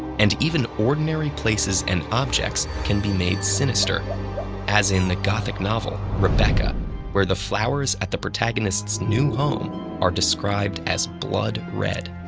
and even ordinary places and objects can be made sinister as in the gothic novel rebecca where the flowers at the protagonist's new home are described as blood red.